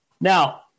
Now